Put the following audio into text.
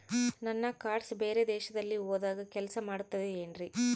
ನನ್ನ ಕಾರ್ಡ್ಸ್ ಬೇರೆ ದೇಶದಲ್ಲಿ ಹೋದಾಗ ಕೆಲಸ ಮಾಡುತ್ತದೆ ಏನ್ರಿ?